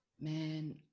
man